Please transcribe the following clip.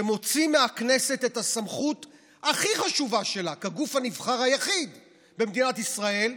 שמוציא מהכנסת את הסמכות הכי חשובה שלה כגוף הנבחר היחיד במדינת ישראל.